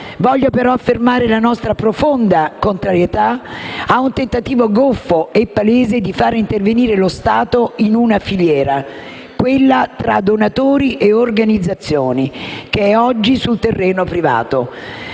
Voglio però affermare la nostra profonda contrarietà a un tentativo goffo e palese di fare intervenire lo Stato in una filiera, quella tra donatori e organizzazioni, che è oggi sul terreno privato.